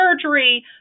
surgery